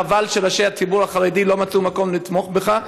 חבל שראשי הציבור החרדי לא מצאו מקום לתמוך בך.